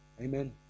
Amen